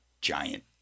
giant